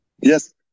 Yes